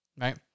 right